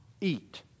eat